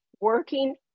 working